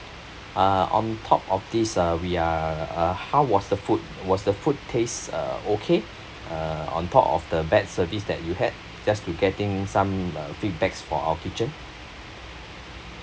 uh on top of this uh we are uh how was the food was the food taste uh okay uh on top of the bad service that you had just to getting some um feedbacks for our kitchen